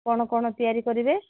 କ'ଣ କ'ଣ ତିଆରି କରିବେ